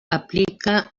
aplica